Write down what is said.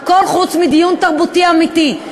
הכול חוץ מדיון תרבותי אמיתי,